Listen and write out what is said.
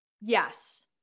Yes